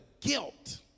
guilt